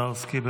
את